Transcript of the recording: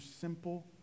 simple